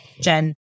Jen